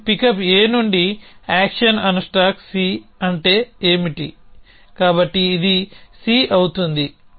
మనం pickup A నుండి action unstack C అంటే ఏమిటి కాబట్టి ఇది C అవుతుంది